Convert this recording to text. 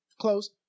close